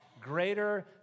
greater